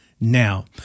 now